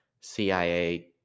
CIA